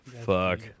Fuck